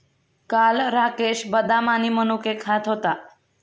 काल राकेश बदाम आणि मनुके खात होता